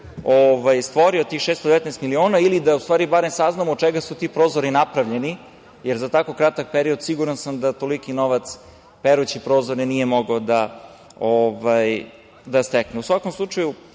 stvorio tih 619 miliona, ili da u stvari bar saznamo od čega su ti prozori napravljeni. Za tako kratak period siguran sam da toliki novac perući prozore nije mogao da stekne.U svakom slučaju